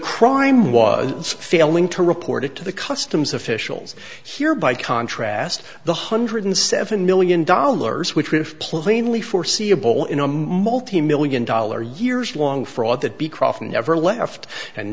crime was failing to report it to the customs officials here by contrast the hundred and seven million dollars which if plainly foreseeable in a multi million dollar year's long fraud that beecroft never left and